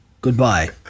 Goodbye